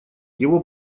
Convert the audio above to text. его